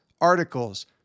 articles